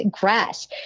grass